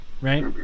right